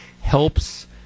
helps